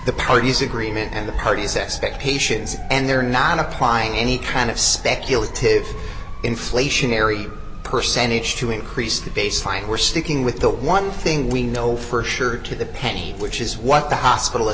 the parties agreement and the parties expectations and they're not applying any kind of speculative inflationary percentage to increase the baseline we're sticking with the one thing we know for sure to the penny which is what the hospital